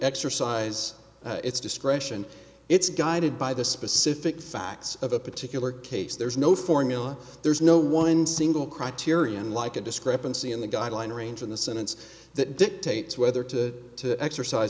exercise its discretion its guided by the specific facts of a particular case there is no formula there is no one single criterion like a discrepancy in the guideline range in the sentence that dictates whether to exercise